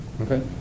Okay